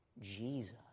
Jesus